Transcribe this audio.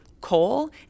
coal